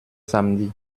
samedis